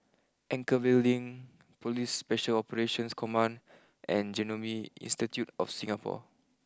Anchorvale Link police special Operations Command and Genome Institute of Singapore